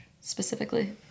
specifically